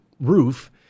roof